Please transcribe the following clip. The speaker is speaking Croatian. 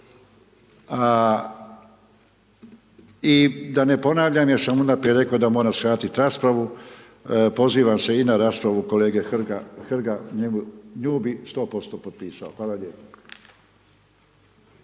i da ne ponavljam, jer sam unaprijed rekao da moram skratiti raspravu, pozivam se i na raspravu kolege Hrga, nju bi 100% potpisao. Hvala lijepo.